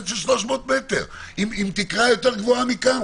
של 300 מטר עם תקרה יותר גבוהה מכאן,